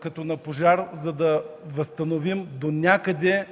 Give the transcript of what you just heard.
като на пожар, за да възстановим донякъде